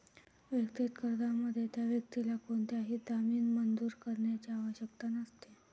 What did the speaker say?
वैयक्तिक कर्जामध्ये, त्या व्यक्तीला कोणताही जामीन मंजूर करण्याची आवश्यकता नसते